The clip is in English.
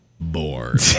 bored